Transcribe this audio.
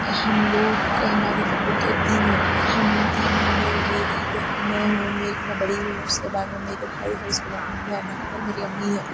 ہم لوگ ہمارے ابو کے تین ہیں ہم تین میں میری میں ہوں میں بڑی ہوں اس کے بعد میں میرے بھائی ہے اس کے بعد میں میں ہے اور میری امی ہے